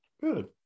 Good